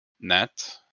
net